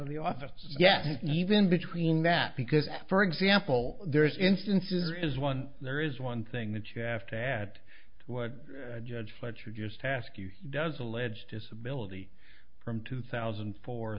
of the office yes even between that because for example there is instances there is one there is one thing that you have to add to what judge fletcher just ask you does allege disability from two thousand